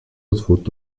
nombreuses